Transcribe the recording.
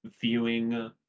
viewing